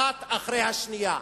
אחת אחרי השנייה.